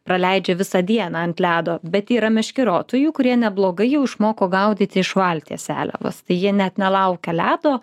praleidžia visą dieną ant ledo bet yra meškeriotojų kurie neblogai jau išmoko gaudyti iš valties seliavas tai jie net nelaukia ledo